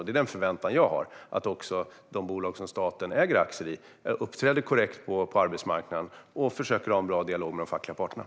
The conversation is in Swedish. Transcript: Det är den förväntan jag har - att också de bolag som staten äger aktier i uppträder korrekt på arbetsmarknaden och försöker föra en bra dialog med de fackliga parterna.